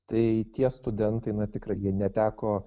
tai tie studentai na tikrai jie neteko